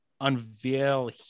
unveil